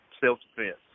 self-defense